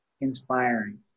inspiring